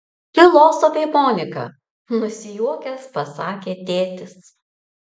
filosofė monika nusijuokęs pasakė tėtis